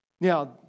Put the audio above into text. Now